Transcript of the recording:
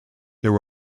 there